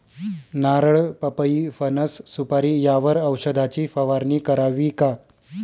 नारळ, पपई, फणस, सुपारी यावर औषधाची फवारणी करावी का?